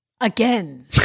Again